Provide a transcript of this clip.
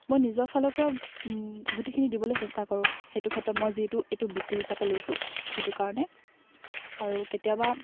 মই নিজৰ ফালৰ পৰা গোটেইখিনি দিবলৈ চেষ্টা কৰোঁ সেইটো ক্ষেত্ৰত মই যিহেতু এইটো বৃত্তি হিচাপে লৈছোঁ সেইটো কাৰণে আৰু কেতিয়াবা